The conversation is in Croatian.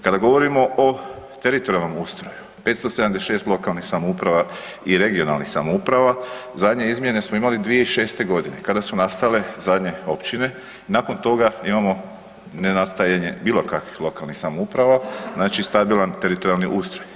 Kada govorimo o teritorijalnom ustroju, 576 lokalnih samouprava i regionalnih samouprava, zadnje izmjene smo imali 2006.g. kada su nastale zadnje općine i nakon toga imamo ne nastajanje bilo kakvih lokalnih samouprava, znači stabilan teritorijalni ustroj.